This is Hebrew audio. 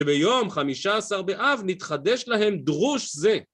וביום חמישה עשר באב נתחדש להם דרוש זה.